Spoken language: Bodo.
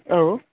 औ